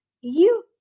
You